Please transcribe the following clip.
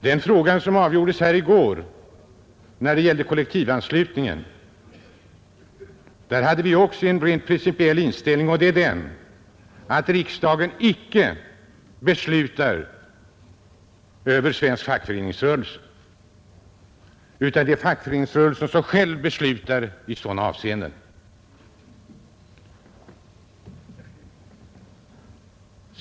I fråga om kollektivanslutningen som avgjordes här i går hade vi också en rent principiell inställning, nämligen att riksdagen icke beslutar över svensk fackföreningsrörelse utan att det är fackföreningsrörelsen som själv beslutar i sådana avseenden.